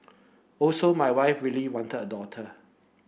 also my wife really wanted a daughter